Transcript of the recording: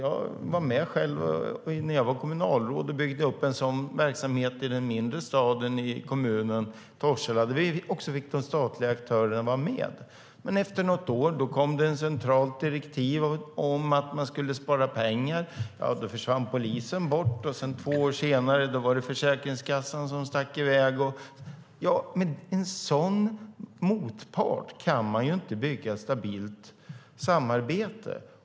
Jag var själv med som kommunalråd och byggde upp en sådan verksamhet i den mindre staden i kommunen, Torshälla, där vi också fick den statliga aktören att vara med. Efter ett år kom det dock ett centralt direktiv om att man skulle spara pengar. Då försvann polisen. Två år senare var det Försäkringskassan som stack i väg. Med en sådan motpart kan man inte bygga ett stabilt samarbete.